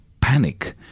panic